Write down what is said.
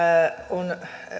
on